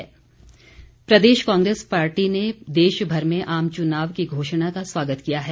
कांग्रेस प्रदेश कांग्रेस पार्टी ने देशभर में आम चुनाव की घोषणा का स्वागत किया है